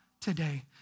today